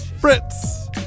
Fritz